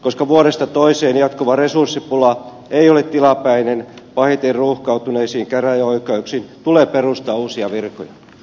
koska vuodesta toiseen jatkuva resurssipula ei ole tilapäinen pahiten ruuhkautuneisiin käräjäoikeuksiin tulee perustaa uusia virkoja